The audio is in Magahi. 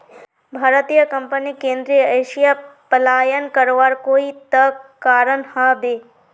भारतीय कंपनीक केंद्रीय एशिया पलायन करवार कोई त कारण ह बे